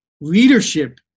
leadership